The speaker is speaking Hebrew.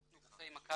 אנחנו, רופאי מכבי,